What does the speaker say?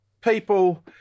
people